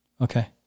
Okay